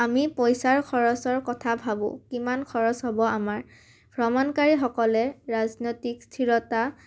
আমি পইচাৰ খৰচৰ কথা ভাবোঁ কিমান খৰচ হ'ব আমাৰ ভ্ৰমণকাৰীসকলে ৰাজনৈতিক স্থিৰতা